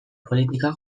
politikak